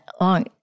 long